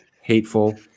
hateful